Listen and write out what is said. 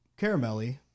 caramelly